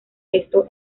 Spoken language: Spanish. esto